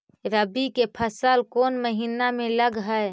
रबी की फसल कोन महिना में लग है?